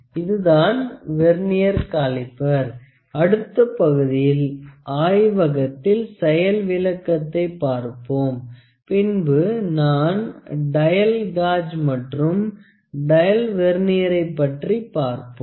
இதுதான் vernier caliper அடுத்த பகுதியில் ஆய்வகத்தில் செயல் விளக்கத்தை பார்ப்போம் பின்பு நான் டயல் காஜ் மற்றும் டயல் ல்வெர்னியரை பற்றி பார்ப்போம்